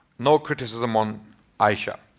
no criticism on aisha